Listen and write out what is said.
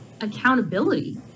accountability